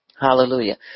Hallelujah